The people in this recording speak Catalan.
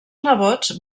nebots